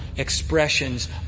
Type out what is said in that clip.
expressions